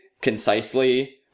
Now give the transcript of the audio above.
concisely